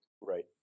Right